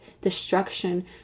destruction